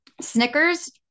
Snickers